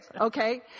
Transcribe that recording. okay